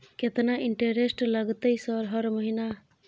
केतना इंटेरेस्ट लगतै सर हर महीना?